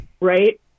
right